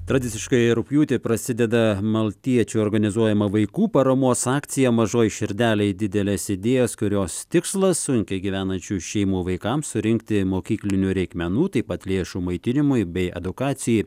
tradiciškai rugpjūtį prasideda maltiečių organizuojama vaikų paramos akcija mažoj širdelėj didelės idėjos kurios tikslas sunkiai gyvenančių šeimų vaikams surinkti mokyklinių reikmenų taip pat lėšų maitinimui bei edukacijai